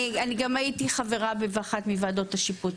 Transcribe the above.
אני גם הייתי חברה באחת מוועדות השיפוט